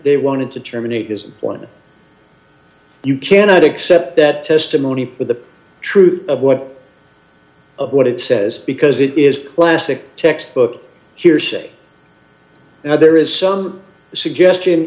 they wanted to terminate is one you cannot accept that testimony for the truth of what of what it says because it is classic textbook here's now there is some suggestion